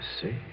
see